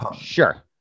sure